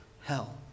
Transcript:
hell